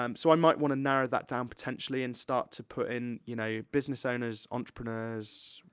um so i might wanna narrow that down, potentially, and start to put in, you know, business owners, entrepreneurs,